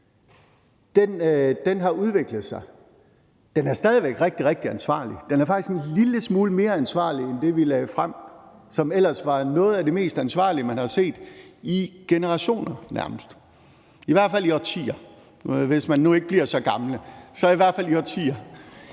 har udviklet sig. Den er stadig væk rigtig, rigtig ansvarlig, og den er faktisk en lille smule mere ansvarlig end det, vi lagde frem, som ellers var noget af det mest ansvarlige, man nærmest har set i generationer, i hvert fald i årtier, hvis man nu ikke bliver så gamle, men dog ikke